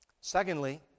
Secondly